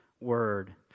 Word